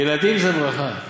ילדים זה ברכה.